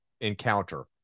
encounter